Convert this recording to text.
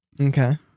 Okay